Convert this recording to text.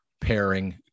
pairing